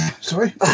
sorry